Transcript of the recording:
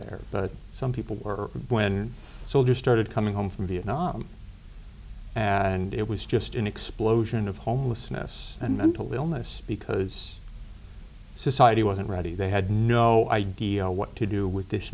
there some people or when soldiers started coming home from vietnam and it was just an explosion of homelessness and mental illness because society wasn't ready they had no idea what to do with this